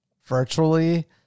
virtually